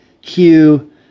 Hugh